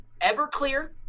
Everclear